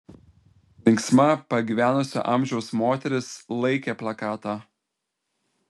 linksma pagyvenusio amžiaus moteris laikė plakatą